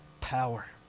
power